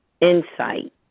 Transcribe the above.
insight